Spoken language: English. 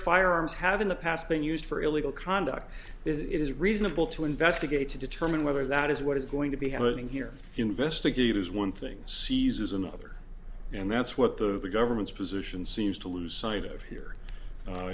firearms have in the past been used for illegal conduct it is reasonable to investigate to determine whether that is what is going to be happening here investigators one thing seizes another and that's what the government's position seems to lose sight of here